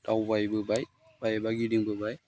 दावबायबोबाय बा एबा गिदिंबोबाय